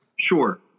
Sure